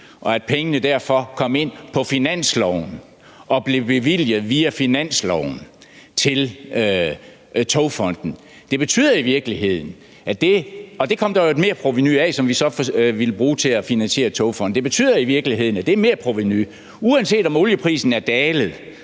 og at pengene derfor kom ind på finansloven og blev bevilget via finansloven til Togfonden DK? Det kom der jo et merprovenu ud af, som vi så ville bruge til at finansiere Togfonden DK. Det betyder i virkeligheden, at det merprovenu, uanset om olieprisen er dalet,